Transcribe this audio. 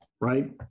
right